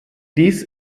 dies